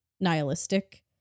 nihilistic